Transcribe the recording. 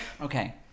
okay